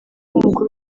umukuru